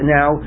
now